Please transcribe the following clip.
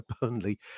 Burnley